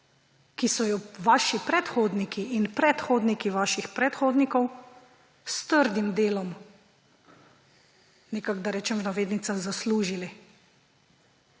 ki so jo vaši predhodniki in predhodniki vaših predhodnikov s trdim delom, nekako da rečem v navednicah, zaslužili.